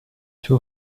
two